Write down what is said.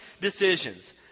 decisions